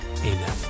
Amen